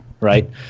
right